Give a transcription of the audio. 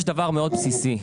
מאוד בסיסי,